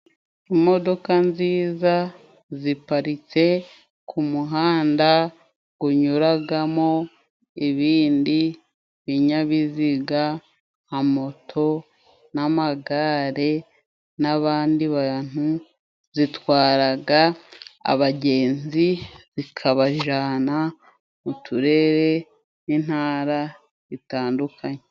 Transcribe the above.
Imodoka nziza ziparitse ku muhanda gunyuragamo ibindi binyabiziga nka moto, n'amagare n'abandi bantu, zitwaraga abagenzi zikabajana mu turere n'intara bitandukanye.